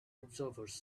observers